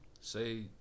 Say